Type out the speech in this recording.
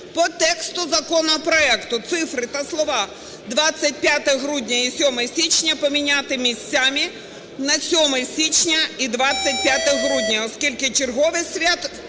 По тексту законопроекту цифри та слова "25 грудня і 7 січня" поміняти місцями на "7 січня і 25 грудня", оскільки черговість свят